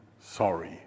sorry